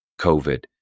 COVID